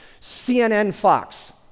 CNN-Fox